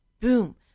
boom